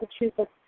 Massachusetts